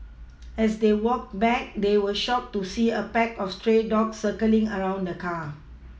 as they walked back they were shocked to see a pack of stray dogs circling around the car